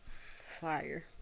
Fire